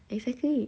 exactly